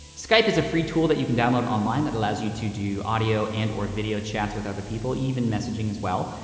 skype is a free tools that you can download online that allows you to do audio and or video chats with other people, even messaging as well.